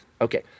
Okay